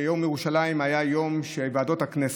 שבהן יום ירושלים היה יום שבוועדות הכנסת,